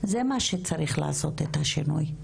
זה מה שצריך לעשות את השינוי.